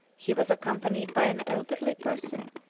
he was accompanied by an elderly person,